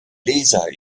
laser